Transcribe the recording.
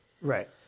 Right